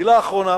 מלה אחרונה